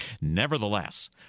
Nevertheless